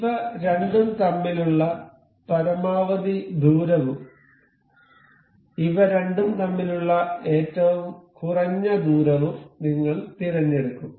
ഇവ രണ്ടും തമ്മിലുള്ള പരമാവധി ദൂരവും ഇവ രണ്ടും തമ്മിലുള്ള ഏറ്റവും കുറഞ്ഞ ദൂരവും നിങ്ങൾ തിരഞ്ഞെടുക്കും